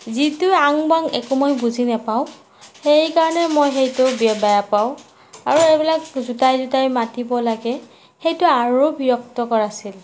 যিটো আং বাং একো মই বুজি নাপাওঁ সেইকাৰণে মই সেইটো বে বেয়া পাওঁ আৰু এইবিলাক জোটাই জোটাই মাতিব লাগে সেইটো আৰু বিৰক্তকৰ আছিল